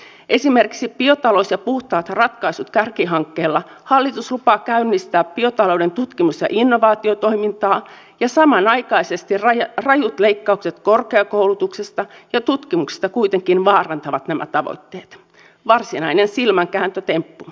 esimerkiksi biotalous ja puhtaat ratkaisut kärkihankkeella hallitus lupaa käynnistää biotalouden tutkimus ja innovaatiotoimintaa ja samanaikaisesti rajut leikkaukset korkeakoulutuksesta ja tutkimuksesta kuitenkin vaarantavat nämä tavoitteet varsinainen silmänkääntötemppu